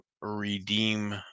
redeem